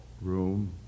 room